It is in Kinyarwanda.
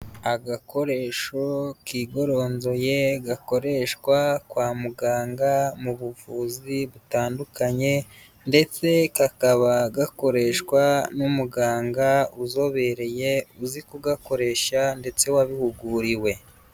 Agakoresho kigoronzoye gakoreshwa kwa muganga mu buvuzi butandukanye ndetse kakaba gakoreshwa n'umuganga uzobereye uzi kugakoresha ndetse wabihuguriwe.